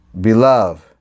Beloved